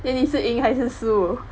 then 你是赢还是输